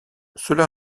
cela